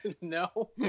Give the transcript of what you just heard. no